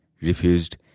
refused